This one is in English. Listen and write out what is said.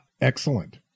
excellent